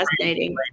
fascinating